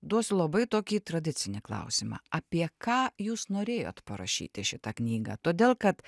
duosiu labai tokį tradicinį klausimą apie ką jūs norėjot parašyti šitą knygą todėl kad